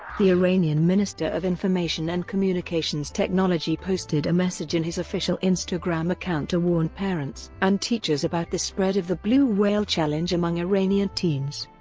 the iranian minister of information and communications technology posted a message in his official instagram account to warn parents and teachers about the spread of the blue whale challenge among iranian teens.